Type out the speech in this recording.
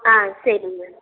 ஆ சரிங் மேம்